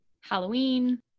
Halloween